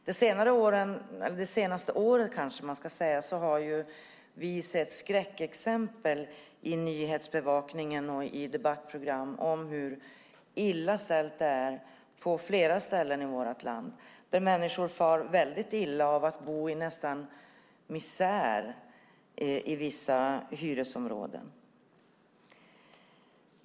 Det senaste året har vi sett skräckexempel i nyhetsbevakning och debattprogram om hur illa det är ställt på flera ställen i vårt land, där människor far väldigt illa av att bo nästan i misär i vissa hyresområden.